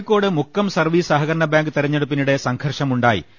Kozhikode Mukkam service സഹകരണബാങ്ക് തെരഞ്ഞെ ടു പ്പിനിടെ സംഘർഷമുണ്ടായി